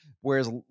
whereas